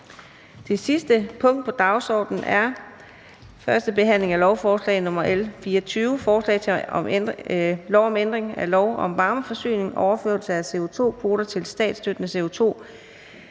Det sidste punkt på dagsordenen er: 8) 1. behandling af lovforslag nr. L 24: Forslag til lov om ændring af lov om varmeforsyning. (Overførsel af CO2-kvoter til statsstøttede